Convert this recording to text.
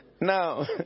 Now